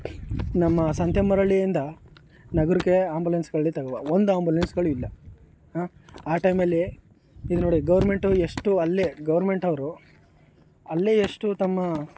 ನಮ್ಮ ಸಂತೆ ಮರೊಳ್ಳಿಯಿಂದ ನಗರಕ್ಕೆ ಆಂಬುಲೆನ್ಸ್ಗಳು ತಗೊಳ್ಳಿ ಒಂದು ಆಂಬುಲೆನ್ಸ್ಗಳೂ ಇಲ್ಲ ಆ ಟೈಮಲ್ಲಿ ಇದು ನೋಡಿ ಗೌರ್ಮೆಂಟು ಎಷ್ಟು ಅಲ್ಲೇ ಗೌರ್ಮೆಂಟವ್ರು ಅಲ್ಲೇ ಎಷ್ಟು ತಮ್ಮ